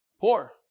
Poor